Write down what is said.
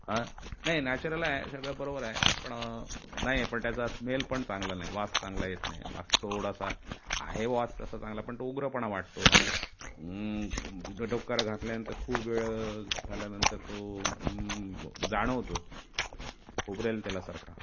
हां नाही नॅचरल आहे हे सगळं बरोबर आहे पण नाही पण त्याचा स्मेल पण चांगला नाही वास चांगला येत नाही वास थोडासा आहे वास तसा चांगला पण तो उग्रपणा वाटतो आणि डो डोक्यावर घातल्यानंतर खूप वेळ झाल्यानंतर तो जाणवतो खोबरेल तेलासारखा